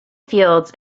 fields